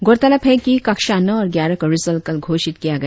गौरतलब है कि कक्षा नौ और ग्यारह का रिजल्ट कल घोषित किया गया